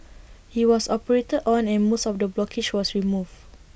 he was operated on and most of the blockage was removed